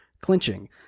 clinching